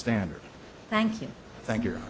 standard thank you thank you